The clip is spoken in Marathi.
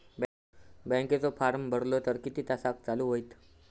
बँकेचो फार्म भरलो तर किती तासाक चालू होईत?